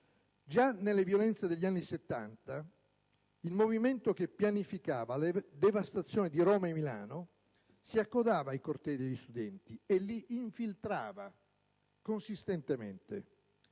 Già nelle violenze degli anni '70 il movimento che pianificava la devastazione di Roma e Milano si accodava ai cortei degli studenti e li infiltrava consistentemente.